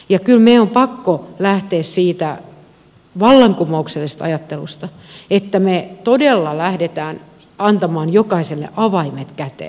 kyllä meidän on pakko lähteä siitä vallankumouksellisesta ajattelusta että me todella lähdemme antamaan jokaiselle avaimet käteen